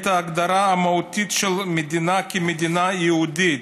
ההגדרה המהותית של המדינה כמדינה יהודית,